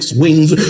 wings